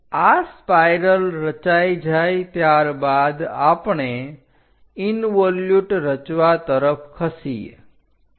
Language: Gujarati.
અ સ્પાઇરલ રચાય જાય ત્યારબાદ આપણે ઇન્વોલ્યુટ રચવા તરફ ખસીએ